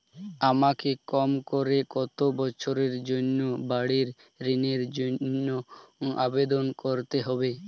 আমাকে কম করে কতো বছরের জন্য বাড়ীর ঋণের জন্য আবেদন করতে হবে?